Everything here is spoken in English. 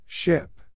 Ship